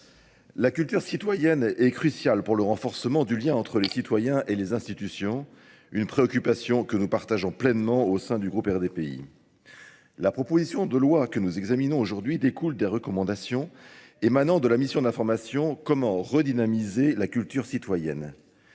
La culture citoyenne est cruciale pour le renforcement du lien entre les citoyens et les institutions, une préoccupation que nous partageons pleinement au sein du Groupe RDPI. La proposition de loi que nous examinons aujourd'hui découle des recommandations émanant de la mission d'information « Comment redynamiser la culture citoyenne ».